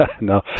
No